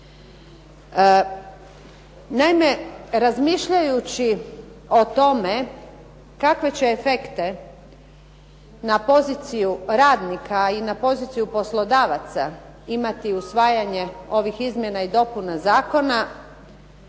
Naime, razmišljajući o tome kakve će efekte na poziciju radnika i na poziciju poslodavaca imati izmjene i dopune ovog